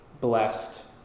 blessed